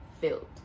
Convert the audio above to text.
filled